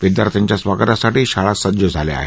विद्यार्थ्यांच्या स्वागतासाठी शाळा सज्ज झाल्या आहेत